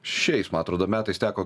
šiais ma atrodo metais teko